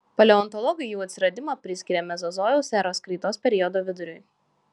paleontologai jų atsiradimą priskiria mezozojaus eros kreidos periodo viduriui